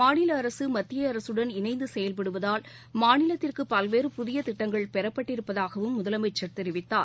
மாநில அரக மத்திய அரகுடன் இணைந்து செயல்படுவதால் மாநிலத்திற்கு பல்வேறு புதிய திட்டங்கள் பெறப்பட்டிருப்பதாகவும் முதலமைச்சர் தெரிவித்தார்